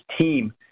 team